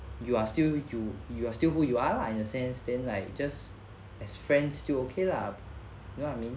you are still you you are still who you are lah in a sense then like just as friends still okay lah you know what I mean